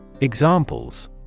Examples